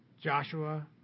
Joshua